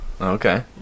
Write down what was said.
Okay